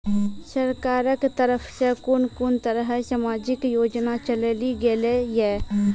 सरकारक तरफ सॅ कून कून तरहक समाजिक योजना चलेली गेलै ये?